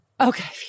Okay